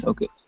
Okay